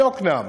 מיקנעם